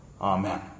Amen